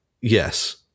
yes